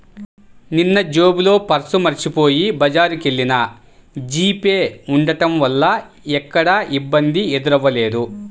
నిన్నజేబులో పర్సు మరచిపొయ్యి బజారుకెల్లినా జీపే ఉంటం వల్ల ఎక్కడా ఇబ్బంది ఎదురవ్వలేదు